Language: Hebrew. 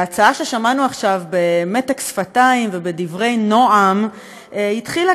ההצעה ששמענו עכשיו במתק שפתיים ובדברי נועם התחילה